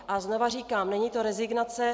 A znova říkám: Není to rezignace.